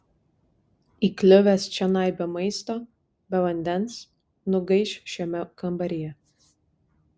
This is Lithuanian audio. įkliuvęs čionai be maisto be vandens nugaiš šiame kambaryje